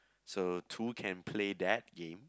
so two can play that game